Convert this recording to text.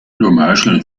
dommage